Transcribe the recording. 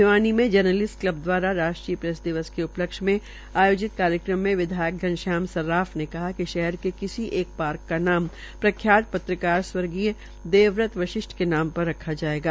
भिवानी मे journalist club दवारा राष्ट्रीय प्रेस दिवस के उपलक्षय में आयोजित कार्यक्रम में विधायक घनश्याम सरार्फ ने कहा कि शहर के किसी एक पार्क का नाम प्रख्यात पत्रकार स्व देवव्रत वशिष्ठ ने नाम पर रखा जायेगा